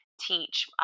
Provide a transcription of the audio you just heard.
teach